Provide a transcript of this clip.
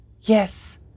Yes